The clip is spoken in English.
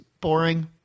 boring